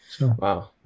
Wow